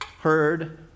heard